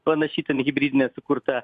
panaši ten hibridinė sukurta